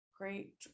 Great